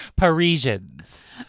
Parisians